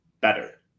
better